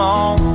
on